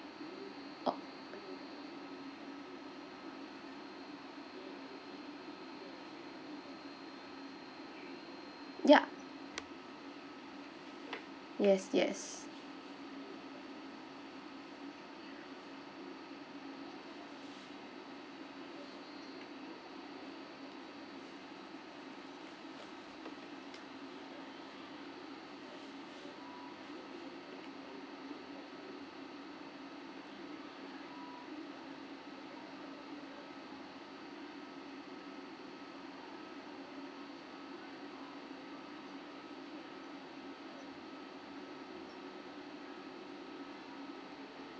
or yup yes yes